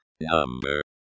Number